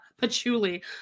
patchouli